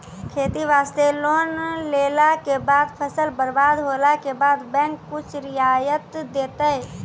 खेती वास्ते लोन लेला के बाद फसल बर्बाद होला के बाद बैंक कुछ रियायत देतै?